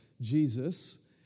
Jesus